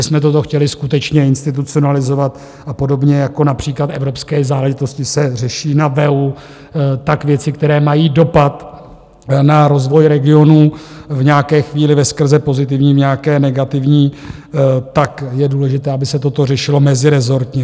My bychom toto chtěli skutečně institucionalizovat a podobně, jako například evropské záležitosti se řeší na VEU, tak věci, které mají dopad na rozvoj regionů v nějaké chvíli veskrze pozitivní, nějaké negativní, tak je důležité, aby se toto řešilo mezirezortně.